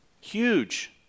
huge